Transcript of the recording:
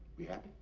we have?